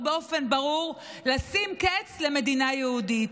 באופן ברור לשים קץ למדינה יהודית.